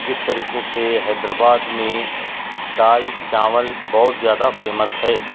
جس طریقے سے حیدرآباد میں دال چاول بہت زیادہ فیمس ہے